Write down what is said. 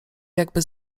jakby